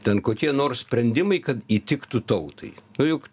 ten kokie nors sprendimai kad įtiktų tautai o juk